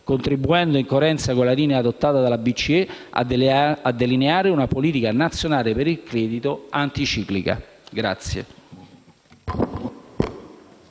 contribuendo, in coerenza con la linea adottata dalla BCE, a delineare una politica nazionale per il credito anticiclica.